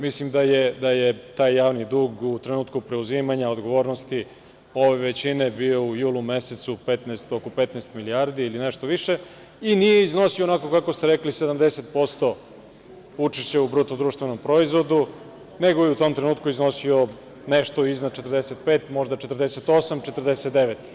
Mislim da je taj javni dug u trenutku preuzimanja odgovornosti ove većine bio u julu mesecu oko 15 milijardi ili nešto više i nije iznosio onako kako ste rekli 70% učešća u BDP, nego je u tom trenutku iznosio nešto iznad 45, možda 48, 49.